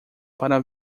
para